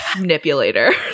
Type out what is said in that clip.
manipulator